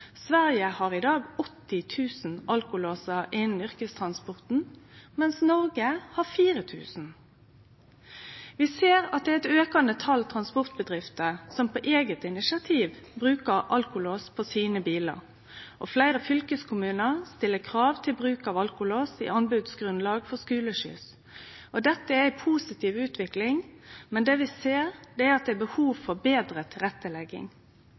Sverige har i dag 80 000 alkolåsar innan yrkestransporten, medan Noreg har 4 000. Vi ser at det er eit aukande tal transportbedrifter som på eige initiativ bruker alkolås på sine bilar. Fleire fylkeskommunar stiller krav til bruk av alkolås i anbodsgrunnlag for skuleskyss. Dette er ei positiv utvikling, men vi ser at det er behov for betre